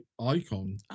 icon